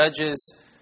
Judges